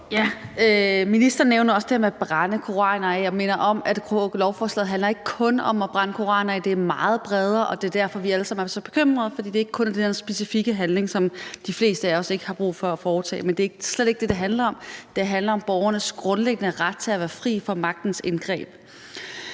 Ministeren nævner også det her med at brænde koraner af. Jeg minder om, at det i lovforslaget ikke kun handler om at brænde koraner af. Det er meget bredere, og det er derfor, vi alle sammen er så bekymrede; det er ikke kun den specifikke handling, som de fleste af os ikke har brug for at foretage. Men det er slet ikke det, det handler om. Det handler om borgernes grundlæggende ret til at være fri for magtens indgreb.